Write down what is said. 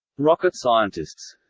rocket scientists